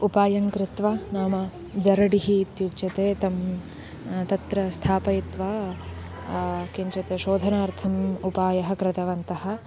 उपायं कृत्वा नाम जरडिः इत्युच्यते तं तत्र स्थापयित्वा किञ्चित् शोधनार्थम् उपायं कृतवन्तः